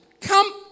come